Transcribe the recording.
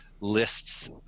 lists